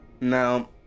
Now